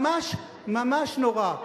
ממש, ממש נורא.